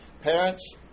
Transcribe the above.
Parents